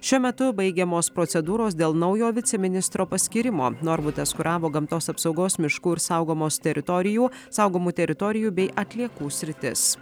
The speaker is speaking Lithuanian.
šiuo metu baigiamos procedūros dėl naujo viceministro paskyrimo norbutas kuravo gamtos apsaugos miškų ir saugomos teritorijų saugomų teritorijų bei atliekų sritis